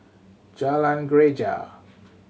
Jalan Greja